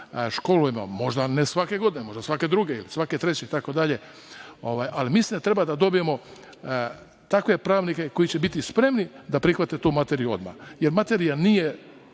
školujemo. Možda ne svake godine, možda svake druge ili svake treće itd, ali mislim da treba da dobijemo takve pravnike koji će biti spremni da prihvate tu materiju odmah. Jer materija nije